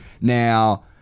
Now